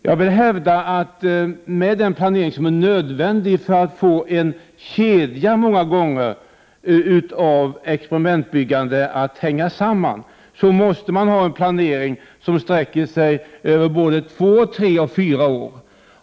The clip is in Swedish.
Jag vill hävda att om man skall få en kedja av experimentbyggande att hänga samman måste man ha en planering som sträcker sig över både två, tre, och fyra år.